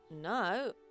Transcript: no